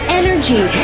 energy